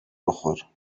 بخور